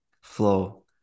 flow